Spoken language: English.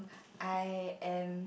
I am